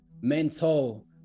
mental